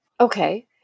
okay